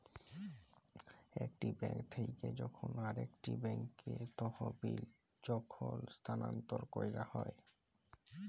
একটি বেঙ্ক থেক্যে যখন আরেকটি ব্যাঙ্কে তহবিল যখল স্থানান্তর ক্যরা হ্যয়